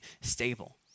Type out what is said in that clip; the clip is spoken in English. stable